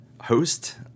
host